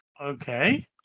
Okay